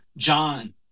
John